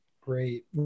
Great